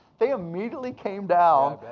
they immediately came down